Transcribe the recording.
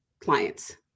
clients